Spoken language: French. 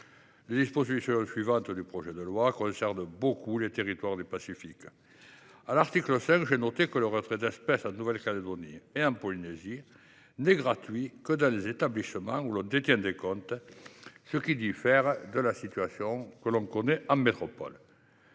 Les dispositions suivantes du projet de loi concernent beaucoup les territoires du Pacifique. S’agissant de l’article 5, j’ai noté que le retrait d’espèces en Nouvelle Calédonie et en Polynésie n’est gratuit que dans les établissements où l’on détient des comptes, ce qui diffère de la situation en métropole.